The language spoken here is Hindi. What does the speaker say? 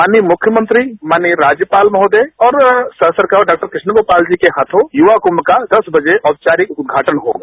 माननीय मुख्यमंत्री माननीय राज्यपाल महोदय और डॉ कृष्ण गोपाल जी के हाथों युवा कुम का दस बजे औपचारिक उदघाटन होगा